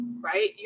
right